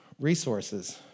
resources